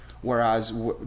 Whereas